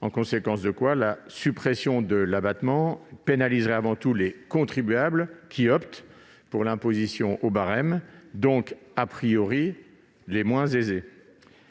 Par conséquent, la suppression de l'abattement pénaliserait avant tout les contribuables qui optent pour l'imposition au barème, donc,, les moins aisés.